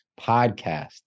podcast